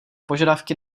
požadavky